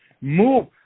move